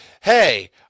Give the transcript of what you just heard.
hey